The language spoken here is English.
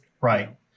right